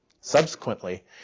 subsequently